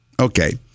Okay